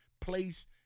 place